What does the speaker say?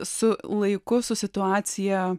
su laiku su situacija